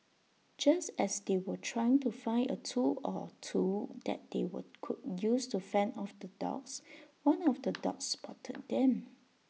just as they were trying to find A tool or two that they were could use to fend off the dogs one of the dogs spotted them